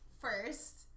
first